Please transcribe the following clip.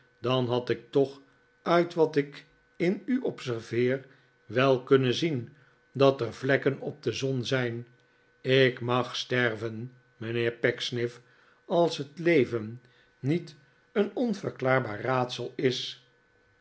dan had ik toch uit wat ik in u observeer wel kunnen zien dat er vlekken op de zon zijn ik mag sterven mijnheer pecksniff als het leven niet een onverklaarbaar raadsel is